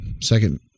second